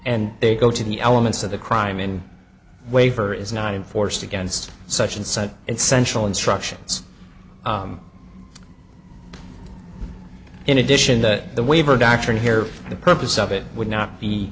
and they go to the elements of the crime in waiver is not in force against such and such in central instructions in addition that the waiver doctrine here for the purpose of it would not be